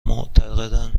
معتقدند